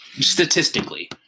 Statistically